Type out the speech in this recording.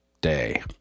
day